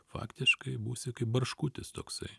faktiškai būsi kaip barškutis toksai